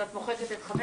אז את מוחקת את 5?